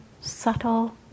subtle